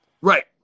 Right